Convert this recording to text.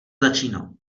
začínal